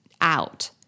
out